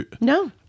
no